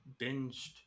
binged